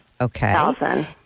okay